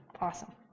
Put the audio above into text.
Awesome